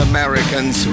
Americans